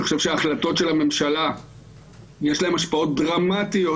אני חושב שלהחלטות של הממשלה יש השפעות דרמטיות